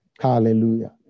Hallelujah